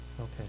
Okay